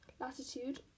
latitude